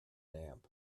damp